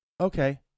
Okay